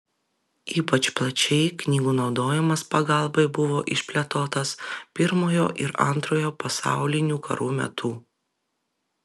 ypač plačiai knygų naudojimas pagalbai buvo išplėtotas pirmojo ir antrojo pasaulinių karų metu